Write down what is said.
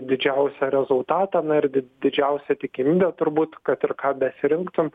didžiausią rezultatą na ir di didžiausia tikimybė turbūt kad ir ką besirinktum